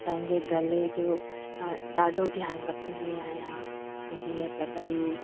पंहिंजे गले जो ॾाढो ध्यानु रखंदी आहियां जीअं त भई